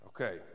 Okay